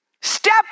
Step